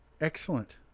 Excellent